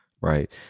right